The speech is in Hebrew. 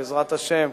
בעזרת השם,